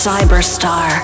Cyberstar